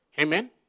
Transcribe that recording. Amen